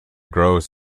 grows